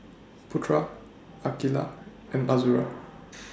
Putra Aqilah and Azura